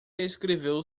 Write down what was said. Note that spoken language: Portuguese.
escreveu